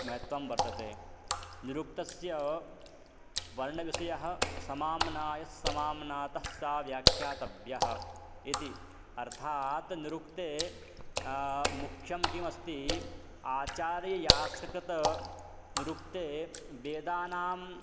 महत्त्वं वर्तते निरुक्तस्य वर्णविषयः समाम्नायस्समाम्नातस्स व्याख्यातव्यः इति अर्थात् निरुक्ते मुख्यं किमस्ति आचार्ययास्क निरुक्ते वेदानाम्